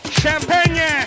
champagne